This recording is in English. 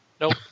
Nope